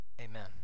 Amen